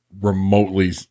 remotely